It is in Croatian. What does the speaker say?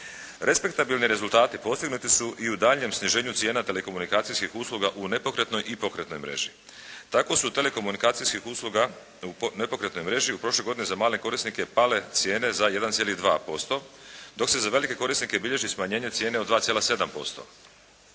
Respektabilni rezultati postignuti su i u daljnjem sniženju cijena telekomunikacijskih usluga u nepokretnoj i pokretnoj mreži. Tako su telekomunikacijskih usluga u nepokretnoj mreži u prošloj godini za male korisnike pale cijene za 1,2%, dok se za velike korisnike bilježe smanjenje cijene od 2,7%,